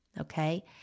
okay